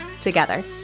together